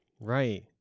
Right